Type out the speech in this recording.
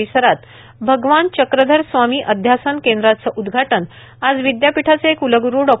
परिसरात भगवान चक्रधर स्वामी अध्यासन केंद्राचे उदघाटन आज विदयापीठाचे कुलगुरू डॉ